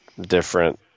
different